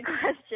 question